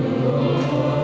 or